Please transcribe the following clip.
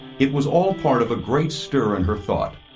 it was all part of a great stir in her thought.